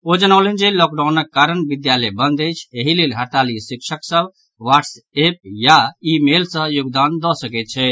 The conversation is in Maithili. ओ जनौलनि जे लॉकडाउनक कारण विद्यालय बंद अछि एहि लेल हड़ताली शिक्षक सभ वाट्सएप या ई मेल सॅ योगदान दऽ सकैत छथि